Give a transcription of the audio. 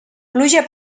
pluja